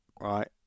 right